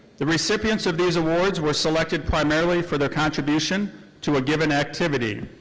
the recipients of these awards were selected primarily for their contribution to a given activity.